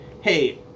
hey